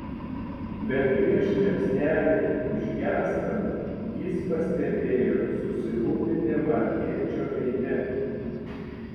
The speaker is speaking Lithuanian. bet prieš liepsnelei užgęstant jis pastebėjo susirūpinimą edžio veide